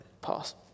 Pass